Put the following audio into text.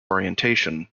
orientation